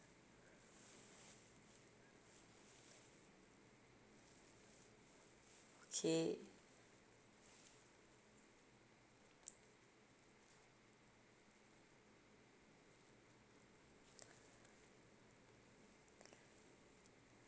okay